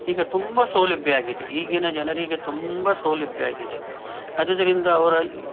ಈಗ ತುಂಬ ಸೌಲಭ್ಯ ಆಗಿದೆ ಈಗಿನ ಜನರಿಗೆ ತುಂಬ ಸೌಲಭ್ಯ ಆಗಿದೆ ಆದ್ದರಿಂದ ಅವರ